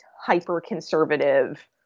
hyper-conservative